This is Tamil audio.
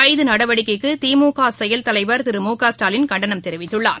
கைது நடவடிக்கைக்கு திமுக செயல் தலைவர் திரு மு க ஸ்டாலின் கண்டனம் தெரிவித்துள்ளார்